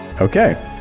Okay